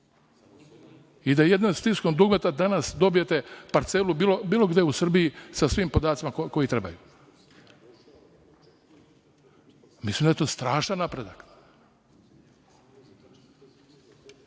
i da jednim stiskom dugmeta danas dobijete parcelu bilo gde u Srbiji, sa svim podacima koji trebaju. Mislim da je to strašan napredak. Puno